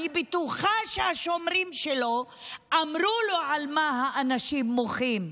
אני בטוחה שהשומרים שלו אמרו לו על מה האנשים מוחים.